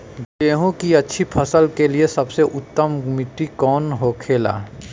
गेहूँ की अच्छी फसल के लिए सबसे उत्तम मिट्टी कौन होखे ला?